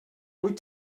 wyt